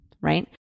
right